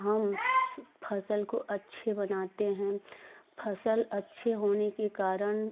हम फसल को अच्छे बनाते हैं हम फसल अच्छे होने के कारण